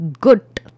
good